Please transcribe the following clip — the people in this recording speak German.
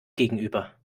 gegenüber